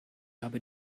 habe